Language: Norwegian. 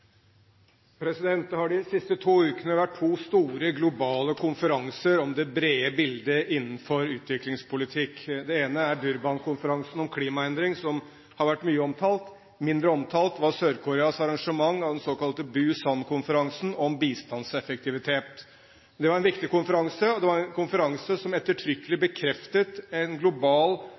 Det har de siste to ukene vært to store globale konferanser om det brede bildet innenfor utviklingspolitikk. Den ene er Durban-konferansen om klimaendring, som har vært mye omtalt. Mindre omtalt var Sør-Koreas arrangement, den såkalte Busan-konferansen om bistandseffektivitet. Det var en viktig konferanse, og det var en konferanse som ettertrykkelig bekreftet en global